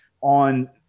on